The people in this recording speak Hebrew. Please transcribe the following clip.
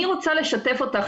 אני רוצה לשתף אותך